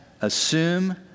assume